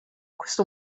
questo